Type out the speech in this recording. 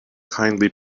kindly